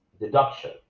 deduction